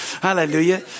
Hallelujah